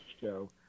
show